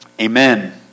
Amen